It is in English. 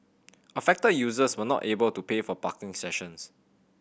affected users were not able to pay for parking sessions